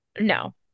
No